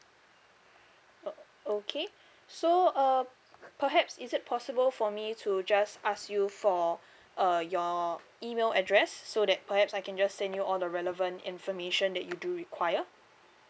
okay so uh perhaps is it possible for me to just ask you for uh your email address so that perhaps I can just send you all the relevant information that you do require